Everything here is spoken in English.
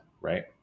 right